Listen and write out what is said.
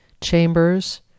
Chambers